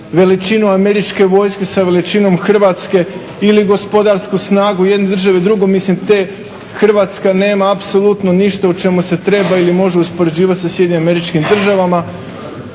veličinu američke vojske sa veličinom hrvatske ili gospodarsku snagu jedne države i druge. Mislim Hrvatska nema apsolutno ništa u čemu se treba ili može uspoređivati sa SAD-om. U ovom